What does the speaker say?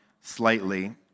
slightly